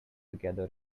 together